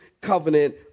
covenant